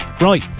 Right